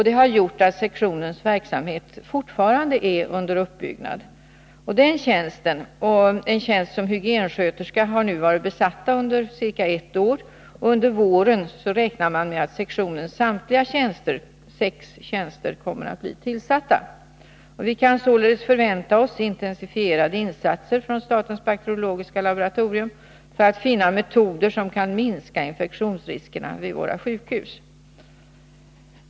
Det har gjort att sektionens verksamhet fortfarande är under uppbyggnad. Den tjänsten och en tjänst som hygiensköterska har nu varit besatta under ca ett år, och under våren räknar man med att sektionens samtliga sex tjänster kommer att bli tillsatta. Vi kan således förvänta oss intensifierade insatser från statens bakteriologiska laboratoriums sida för att finna metoder som kan minska infektionsriskerna vid våra sjukhus.